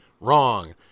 wrong